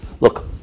Look